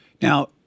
Now